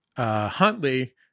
Huntley